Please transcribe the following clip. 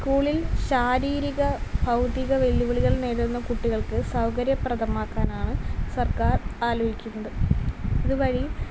സ്കൂളിൽ ശാരീരിക ഭൗതിക വെല്ലുവിളികൾ നേരിടുന്ന കുട്ടികൾക്ക് സൗകര്യപ്രദമാക്കാനാണ് സർക്കാർ ആലോചിക്കുന്നത് ഇതുവഴി